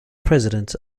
president